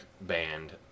band